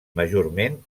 majorment